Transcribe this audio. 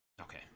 okay